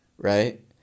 Right